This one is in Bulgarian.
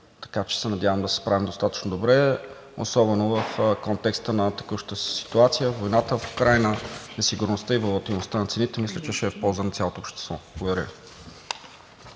така че се надявам да се справим достатъчно добре, особено в контекста на текущата ситуация, войната в Украйна, несигурността и волатилността на цените, мисля, че ще е от полза на цялото общество. Благодаря.